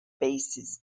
bases